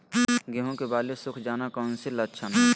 गेंहू की बाली सुख जाना कौन सी लक्षण है?